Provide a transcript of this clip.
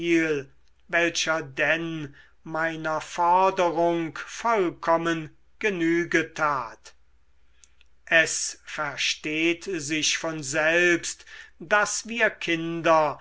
welcher denn meiner forderung vollkommen genüge tat es versteht sich von selbst daß wir kinder